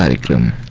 yeah dklam